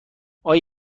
آیا